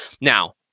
Now